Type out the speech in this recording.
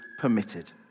permitted